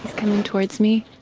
coming towards me.